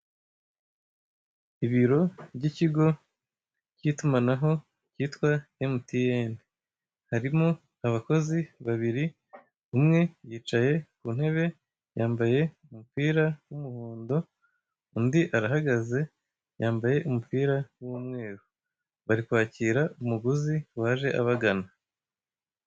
Ibiro by'ikigo k'itumanaho kitwa emutiyene, harimo abakozi babiri umwe yicaye ku ntebe yambaye umupira w'umuhondo, undi arahagaze yambaye umupira w'umweru, bari kwakira umuguzi waje abagana.